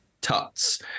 tuts